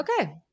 okay